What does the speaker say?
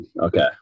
okay